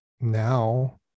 now